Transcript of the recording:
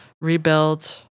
Rebuild